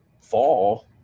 fall